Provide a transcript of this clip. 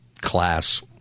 class